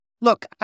Look